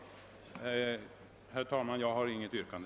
Herr talman! Jag har inget yrkande.